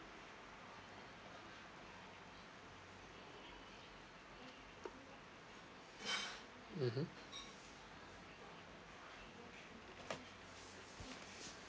mmhmm